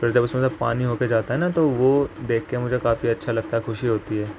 پھر جب اس میں سے پانی ہو کے جاتا ہے نا تو وہ دیکھ کے مجھے کافی اچھا لگتا ہے خوشی ہوتی ہے